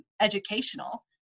educational